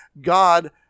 God